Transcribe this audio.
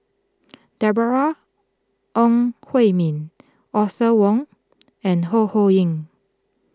Deborah Ong Hui Min Arthur Fong and Ho Ho Ying